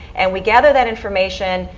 and we gather that information,